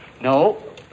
No